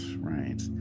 right